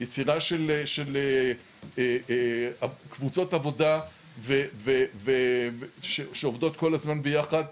יצירה של קבוצות עבודה שעובדות כל הזמן ביחד.